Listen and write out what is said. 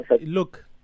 Look